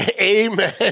Amen